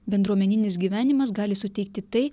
bendruomeninis gyvenimas gali suteikti tai